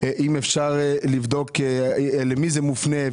אם אפשר לבדוק למי זה מופנה.